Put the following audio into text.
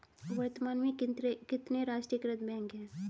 वर्तमान में कितने राष्ट्रीयकृत बैंक है?